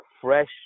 fresh